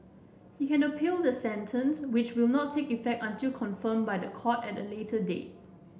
he can appeal the sentence which will not take effect until confirmed by the court at a later date